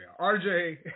RJ